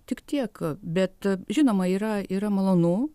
tik tiek bet žinoma yra yra malonu